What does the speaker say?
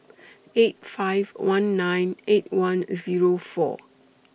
eight five one nine eight one Zero four